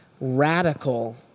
radical